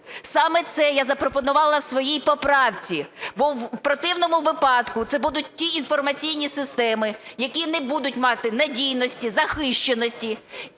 Саме це я запропонувала у своїй поправці, бо у противному випадку це будуть ті інформаційні системи, які не будуть мати надійності, захищеності